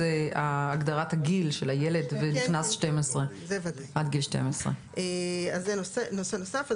זה הגדרת הגיל של הילד ועד גיל 12. אז זה נושא נוסף.